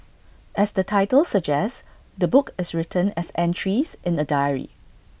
as the title suggests the book is written as entries in A diary